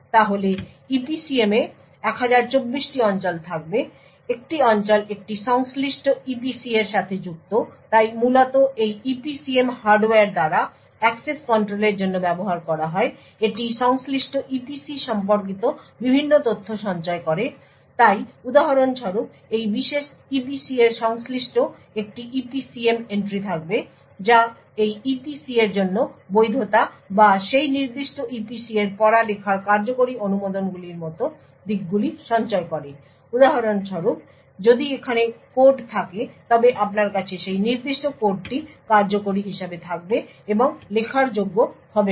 তাহলে EPCM তে 1024 টি অঞ্চল থাকবে একটি অঞ্চল একটি সংশ্লিষ্ট EPC এর সাথে যুক্ত তাই মূলত এই EPCM হার্ডওয়্যার দ্বারা অ্যাক্সেস কন্ট্রোলের জন্য ব্যবহার করা হয় এটি সংশ্লিষ্ট EPC সম্পর্কিত বিভিন্ন তথ্য সঞ্চয় করে তাই উদাহরণস্বরূপ এই বিশেষ EPC এর সংশ্লিষ্ট একটি EPCM এন্ট্রি থাকবে যা এই EPC এর জন্য বৈধতা বা সেই নির্দিষ্ট EPC এর পড়া লেখার কার্যকরী অনুমোদনগুলির মতো দিকগুলি সঞ্চয় করে উদাহরণস্বরূপ যদি এখানে কোড থাকে তবে আপনার কাছে সেই নির্দিষ্ট কোডটি কার্যকরী হিসাবে থাকবে এবং লেখার যোগ্য হবে না